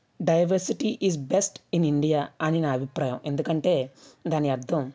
diversity is best in India అని నా అభిప్రాయం ఎందుకంటే దాని అర్థం